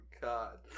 God